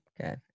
Okay